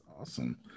awesome